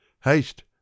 haste